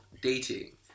dating